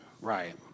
right